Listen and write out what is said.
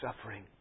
suffering